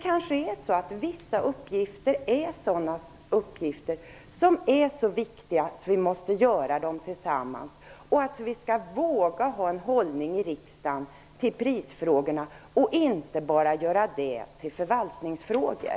Vissa uppgifter kanske är så viktiga att vi måste utföra dem tillsammans, och vi skall i riksdagen våga inta en hållning till prisfrågorna och inte bara göra det till förvaltningsfrågor.